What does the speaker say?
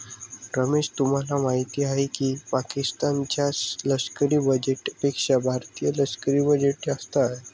रमेश तुम्हाला माहिती आहे की पाकिस्तान च्या लष्करी बजेटपेक्षा भारतीय लष्करी बजेट जास्त आहे